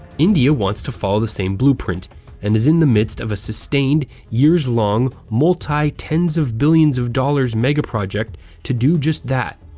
india wants to follow the same blueprint and is in the midst of a sustained, years-long, multi-tens of billions of dollars megaproject to do just that.